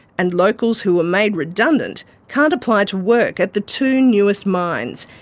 and locals who are made redundant can't apply to work at the two newest mines,